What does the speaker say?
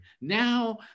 Now